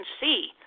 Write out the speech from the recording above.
see